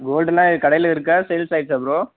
கோல்டெல்லாம் கடையில் இருக்கா சேல்ஸ் ஆகிருச்சா ப்ரோ